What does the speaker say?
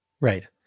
Right